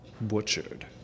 Butchered